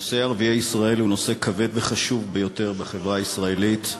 נושא ערביי ישראל הוא נושא כבד וחשוב ביותר בחברה הישראלית,